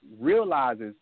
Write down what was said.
realizes